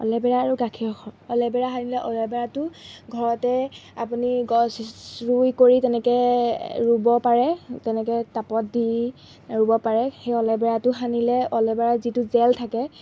অলেবেৰা আৰু গাখীৰৰ সৰ অলেবেৰা সানিলে অলেবেৰাটো ঘৰতে আপুনি গছ ৰুই কৰি তেনেকৈ ৰুব পাৰে তেনেকৈ তাবত দি ৰুব পাৰে সেই অলেবেৰাটো সানিলে অলেবেৰাৰ যিটো জেল থাকে